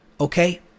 Okay